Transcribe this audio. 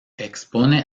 expone